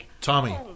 Tommy